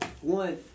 one